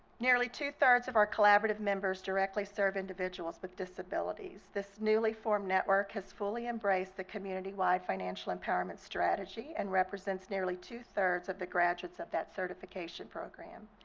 nearly two-thirds of our collaborative members directly serve individuals with disabilities. this newly formed network has fully embraced the community-wide financial empowerment strategy and represents nearly two-thirds of the graduates of that certification program.